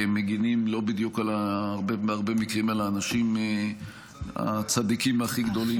כי הם מגינים בהרבה מקרים לא בדיוק על הצדיקים הכי גדולים,